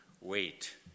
wait